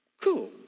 cool